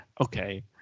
Okay